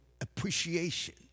appreciation